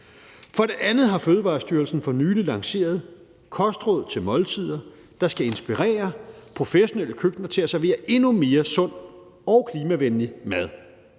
For det andet har Fødevarestyrelsen for nylig lanceret »Kostråd til måltider«, der skal inspirere professionelle køkkener til at servere endnu mere sund og klimavenlig mad.